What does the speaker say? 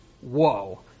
whoa